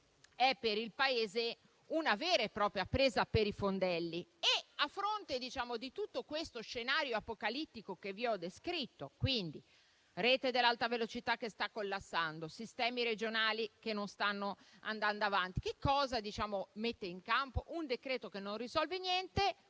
è per il Paese una vera e propria presa per i fondelli. A fronte di questo scenario apocalittico che vi ho descritto, con la rete dell'alta velocità che sta collassando e i sistemi regionali che non stanno andando avanti, cosa si mette in campo? Un decreto che non risolve niente,